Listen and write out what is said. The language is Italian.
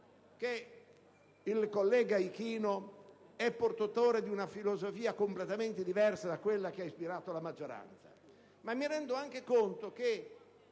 che il collega Ichino è portatore di una filosofia completamente diversa da quella che ha ispirato la maggioranza, ma mi rendo anche conto che